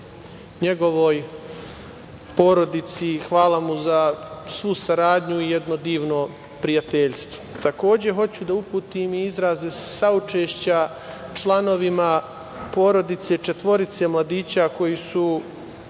njegovoj porodici. Hvala mu za svu saradnju i jedno divno prijateljstvo. Hoću da uputim i izraze saučešća članovima porodica četvorice mladića koji su